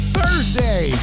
Thursday